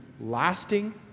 lasting